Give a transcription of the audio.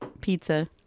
pizza